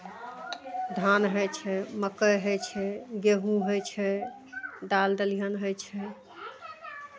धान होइ छै मकइ होइ छै गेहूँ होइ छै दालि दलिहन होइ छै